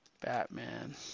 Batman